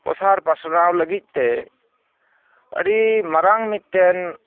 ᱯᱚᱥᱟᱨ ᱯᱟᱥᱱᱟᱣ ᱞᱟᱹᱜᱤᱫ ᱛᱮ ᱟᱹᱰᱤ ᱢᱟᱨᱟᱝ ᱢᱤᱫᱴᱮᱱ